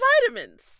vitamins